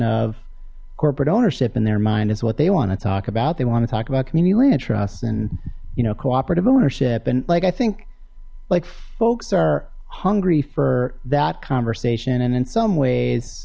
of corporate ownership in their mind is what they want to talk about they want to talk about community land trust's and you know cooperative ownership and like i think like folks are hungry for that conversation and in some ways